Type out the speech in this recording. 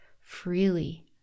freely